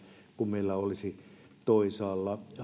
kun meillä olisi toisaalla